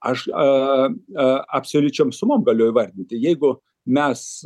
aš a absoliučiom sumom galiu įvardinti jeigu mes